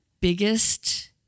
biggest